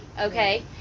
okay